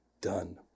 done